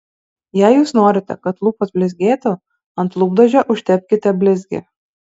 jei jūs norite kad lūpos blizgėtų ant lūpdažio užtepkite blizgį